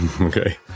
Okay